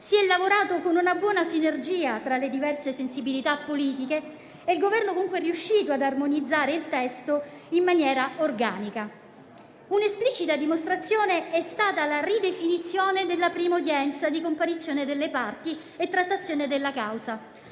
si è lavorato con una buona sinergia tra le diverse sensibilità politiche e il Governo è comunque riuscito ad armonizzare il testo in maniera organica. Un'esplicita dimostrazione è stata la ridefinizione della prima udienza di comparizione delle parti e trattazione della causa,